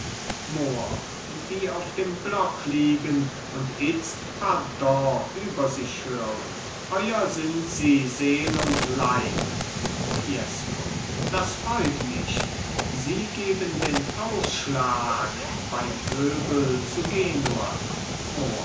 die auf dem block liegen und itzt pardon über sich hören euer sind sie mit seel und leib fiesco das freut mich sie geben den ausschlag beim pöbel zu genua mohr